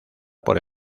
por